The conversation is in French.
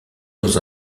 dans